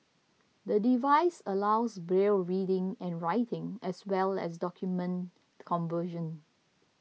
the device allows Braille reading and writing as well as document conversion